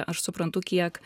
aš suprantu kiek